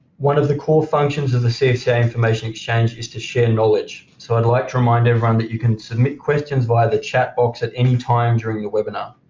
one of the core functions of the cfca information exchange is to share knowledge, so i'd like to remind everyone that you can submit questions via the chat box at any time during the webinar.